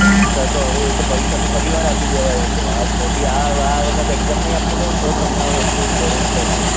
પરીક્ષા તો હવે એ તો પરીક્ષા તો ફરી વાર આપી દેવાય એ તો આ ખોટી આ આ વખત એક્ઝામ નહીં આપવા દઉં તો તમે આ વસ્તુ ગળે ઉતરશે